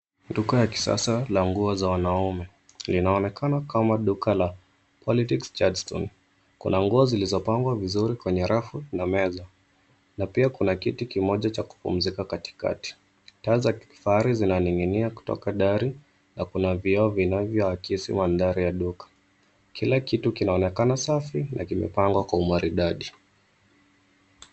Duka ya kisasa la nguo za mwanaume linaonekana kama duka la Quality Chadstone. Kuna nguo zilizopangwa vizuri kwenye rafu na meza na pia kuna kiti kimoja cha kupumzika katikati. Taa za kifahari zinaning'inia kutoka dari na kuna vioo vinavyoakisi mandhari ya duka. Kila kitu kinaonekana safi na vimepangwa kwa maridadi.